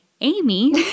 Amy